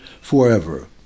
forever